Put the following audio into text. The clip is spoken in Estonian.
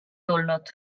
tulnud